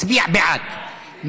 מצביע בעד,